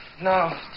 No